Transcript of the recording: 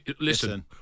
Listen